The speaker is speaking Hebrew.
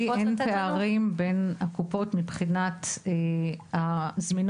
אין פערים בין הקופות מבחינת הזמינות.